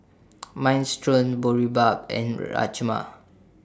Minestrone Boribap and Rajma